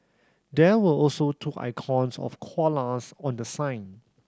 there were also two icons of koalas on the sign